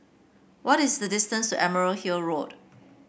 what is the distance to Emerald Hill Road